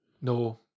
No